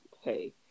hey